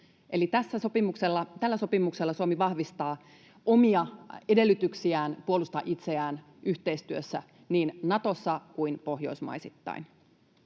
tällä sopimuksella Suomi vahvistaa omia edellytyksiään puolustaa itseään yhteistyössä niin Natossa kuin pohjoismaisittain.